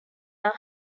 are